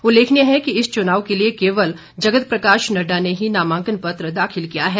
उल्लेखनीय है कि इस चुनाव के लिए केवल जगत प्रकाश नड्डा ने ही नामांकन पत्र दाखिल किया है